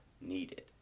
needed